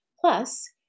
Plus